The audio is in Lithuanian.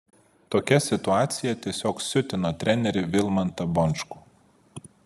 tokia situacija tiesiog siutino trenerį vilmantą bončkų